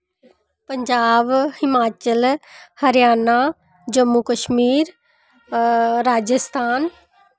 Punjab Himachal Haryana Jammu Kashmir Rajasthan